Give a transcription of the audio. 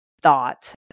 thought